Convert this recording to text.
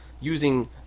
using